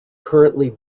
currently